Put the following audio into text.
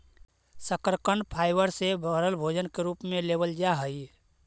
शकरकन फाइबर से भरल भोजन के रूप में लेबल जा हई